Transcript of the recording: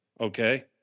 Okay